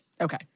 Okay